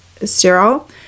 sterile